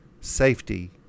safety